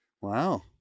Wow